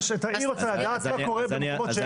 היא רוצה לדעת מה קורה במקומות שאין.